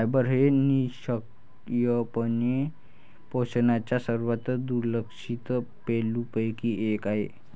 fibre हे निःसंशयपणे पोषणाच्या सर्वात दुर्लक्षित पैलूंपैकी एक आहे